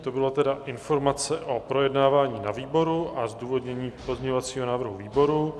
To byla tedy informace o projednávání na výboru a zdůvodnění pozměňovacího návrhu výboru.